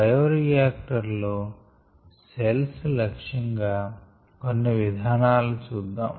bioreactor లో cells లక్ష్యం గా కొన్ని విధానాలు చూద్దాం